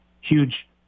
huge